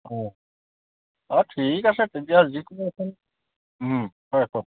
অঁ অঁ ঠিক আছে তেতিয়া যিকোনো এখন হয় কওক